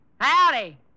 Howdy